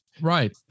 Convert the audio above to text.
right